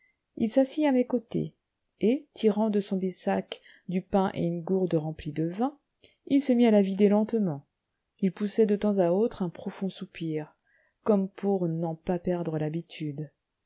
il s'assit à mes côtés et tirant de son bissac du pain et une gourde remplie de vin il se mit à la vider lentement il poussait de temps à autre un profond soupir comme pour n'en pas perdre l'habitude